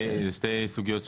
זה שתי סוגיות שונות,